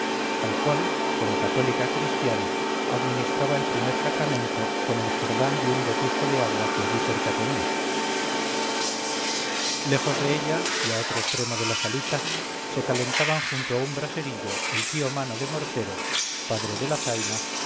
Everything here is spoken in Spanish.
al cual como católica cristiana administraba el primer sacramento con el jordán de un botijo de agua que allí cerca tenía lejos de ella y a otro extremo de la salita se calentaban junto a un braserillo el tío mano de mortero padre de la zaina